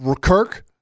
Kirk